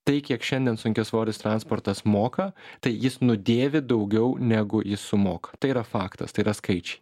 tai kiek šiandien sunkiasvoris transportas moka tai jis nudėvi daugiau negu jis sumoka tai yra faktas tai yra skaičiai